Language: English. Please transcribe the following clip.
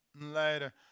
Later